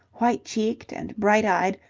white-cheeked and bright-eyed,